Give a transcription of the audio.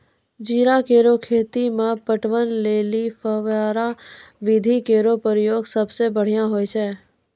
जीरा केरो खेती म पटवन लेलि फव्वारा विधि केरो प्रयोग सबसें बढ़ियां होय छै